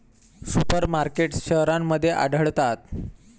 super markets शहरांमध्ये आढळतात